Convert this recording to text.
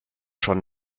schon